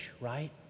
right